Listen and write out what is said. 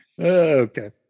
Okay